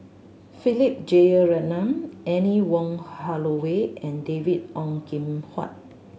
Philip Jeyaretnam Anne Wong Holloway and David Ong Kim Huat